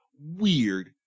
weird